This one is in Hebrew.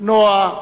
נועה,